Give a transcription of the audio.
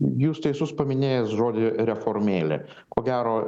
jūs teisus paminėjęs žodį reformėlė ko gero